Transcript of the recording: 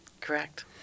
Correct